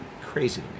crazy